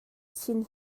chin